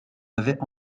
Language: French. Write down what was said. avaient